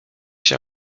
się